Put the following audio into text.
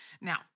Now